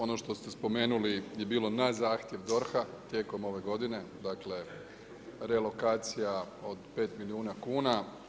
Ono što ste spomenuli je bilo na zahtjev DORH-a tijekom ove godine, dakle, relokacija od 5 milijuna kuna.